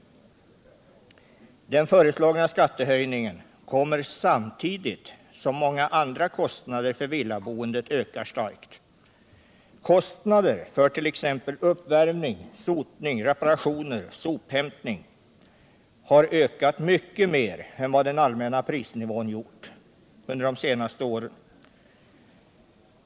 Den föreslagna skattehöjningen kommer samtidigt som många andra kostnader för villaboendet ökat starkt. Kostnader för t.ex. uppvärmning, sotning, reparationer och sophämtning har ökat mycket mer än vad den allmänna prisnivån gjort under de senaste åren.